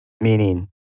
Meaning